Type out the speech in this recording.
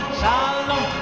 shalom